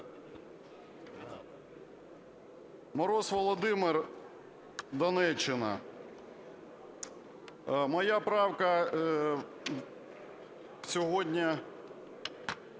Мороз Володимир, Донеччина. Моя правка сьогодні…